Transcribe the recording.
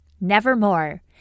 Nevermore